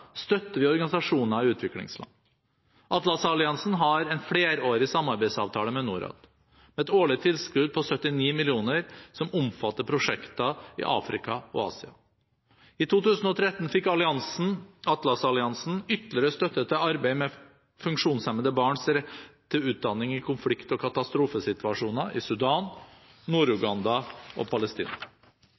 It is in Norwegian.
støtter vi organisasjoner i utviklingsland. Atlas-alliansen har en flerårig samarbeidsavtale med Norad, med et årlig tilskudd på 79 mill. kr, som omfatter prosjekter i Afrika og Asia. I 2013 fikk Atlas-alliansen ytterligere støtte til arbeid med funksjonshemmede barns rett til utdanning i konflikt- og katastrofesituasjoner i Sudan, Nord-Uganda og Palestina.